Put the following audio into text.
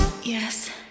Yes